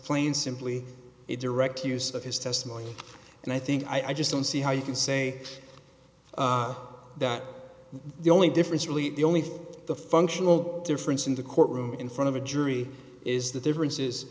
plain simply a direct use of his testimony and i think i just don't see how you can say that the only difference really the only thing the functional difference in the courtroom in front of a jury is the differences